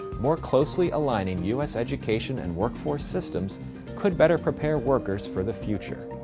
more closely aligning u s. education and workforce systems could better prepare workers for the future.